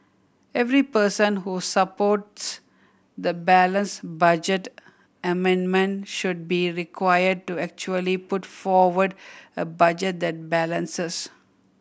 every person who supports the balanced budget amendment should be required to actually put forward a budget that balances